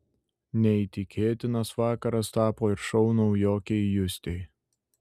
neįtikėtinas vakaras tapo ir šou naujokei justei